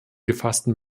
gefassten